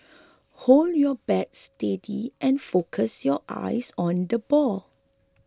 hold your bat steady and focus your eyes on the ball